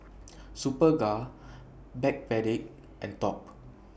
Superga Backpedic and Top